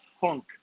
funk